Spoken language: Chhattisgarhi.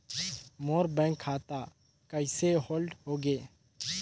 मोर बैंक खाता कइसे होल्ड होगे?